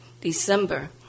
December